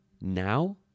now